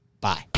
bye